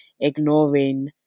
ignoring